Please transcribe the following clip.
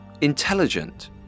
intelligent